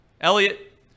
Elliot